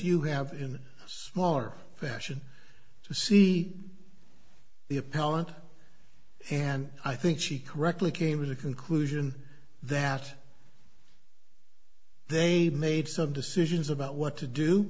you have in a smaller fashion to see the appellant and i think she correctly came to the conclusion that they made some decisions about what to do